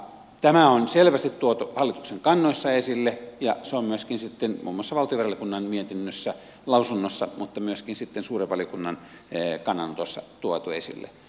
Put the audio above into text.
tämä on selvästi tuotu hallituksen kannoissa esille ja se on myöskin muun muassa valtiovarainvaliokunnan lausunnossa mutta myöskin sitten suuren valiokunnan kannanotossa tuotu esille